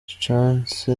chance